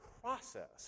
process